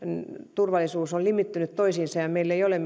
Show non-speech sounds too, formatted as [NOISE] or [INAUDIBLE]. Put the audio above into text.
turvallisuus ovat limittyneet toisiinsa ja ja meille ei ole [UNINTELLIGIBLE]